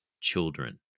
children